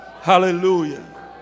Hallelujah